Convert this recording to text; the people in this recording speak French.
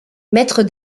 maître